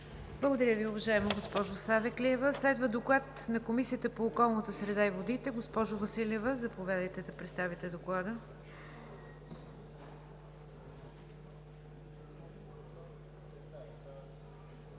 Благодаря Ви, уважаема госпожо Савеклиева. Следва Доклад на Комисията по околната среда и водите. Госпожо Василева, заповядайте да ни го представите.